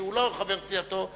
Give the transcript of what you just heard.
שהוא לא חבר סיעתו,